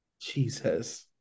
Jesus